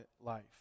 life